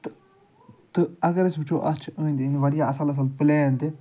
تہٕ تہٕ اَگر أسۍ وُچھُو اَتھ چھِ أنٛدۍ أنٛدۍ واریاہ اصٕل اصٕل پٕلین تہِ